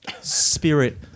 spirit